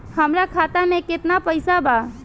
हमरा खाता मे केतना पैसा बा?